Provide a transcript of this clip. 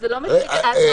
זה לא מה --- סליחה,